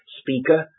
speaker